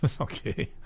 okay